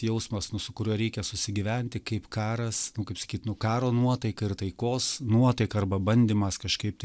jausmas su kuriuo reikia susigyventi kaip karas kaip sakyt nu karo nuotaika ir taikos nuotaika arba bandymas kažkaip